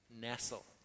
nestle